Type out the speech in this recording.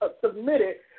submitted